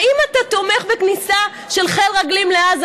האם אתה תומך בכניסה של חיל רגלים לעזה?